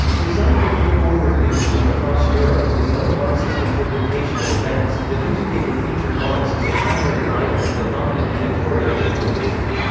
designed to put forward news from across europe with his own marxist interpretation of events, the newspaper featured marx as a primary writer and the dominant editorial influence.